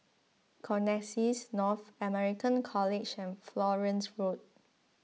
Connexis North American College and Florence Road